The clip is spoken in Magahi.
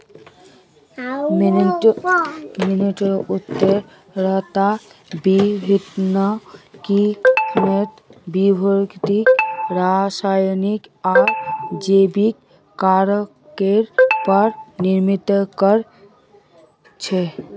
मिट्टीर उर्वरता विभिन्न किस्मेर भौतिक रासायनिक आर जैविक कारकेर पर निर्भर कर छे